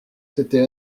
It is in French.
s’était